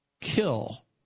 kill